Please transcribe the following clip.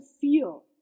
feel